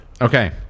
Okay